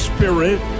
Spirit